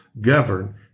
govern